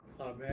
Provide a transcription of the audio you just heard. Amen